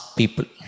people